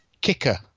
Kicker